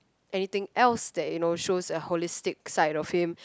anything else that you know shows a holistic side of him